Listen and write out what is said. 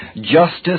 Justice